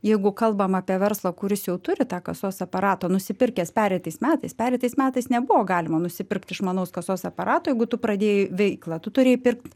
jeigu kalbam apie verslą kuris jau turi tą kasos aparatą nusipirkęs pereitais metais pereitais metais nebuvo galima nusipirkt manaus kasos aparato jeigu tu pradėjai veiklą tu turėjai pirkt